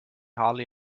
harley